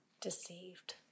deceived